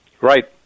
Right